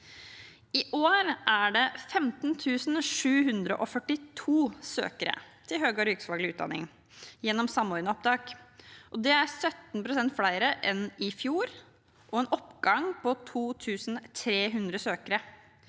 I år er det 15 742 søkere til høyere yrkesfaglig utdanning gjennom Samordna opptak. Det er 17 pst. flere enn i fjor og en oppgang på 2 300 søkere.